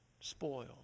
spoiled